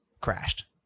crashed